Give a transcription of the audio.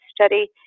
study